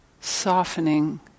softening